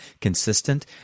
consistent